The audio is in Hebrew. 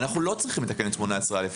אנו לא צריכים לתקן את 18א1,